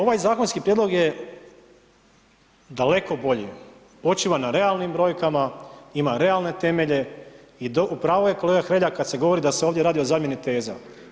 Ovdje, ovaj zakonski prijedlog je daleko bolji, počiva na realnim brojkama, ima realne temelji i u pravu je kolega Hrelja kad se govori da se ovdje radi o zamjeni teza.